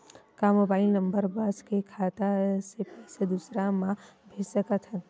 का mobile number बस से खाता से पईसा दूसरा मा भेज सकथन?